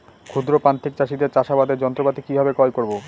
ক্ষুদ্র প্রান্তিক চাষীদের চাষাবাদের যন্ত্রপাতি কিভাবে ক্রয় করব?